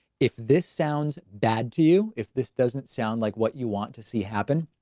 if this sounds bad to you if this doesn't sound like what you want to see happen,